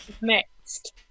next